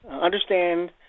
understand